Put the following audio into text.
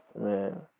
man